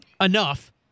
enough